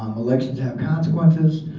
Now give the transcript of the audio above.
um elections have consequences.